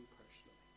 personally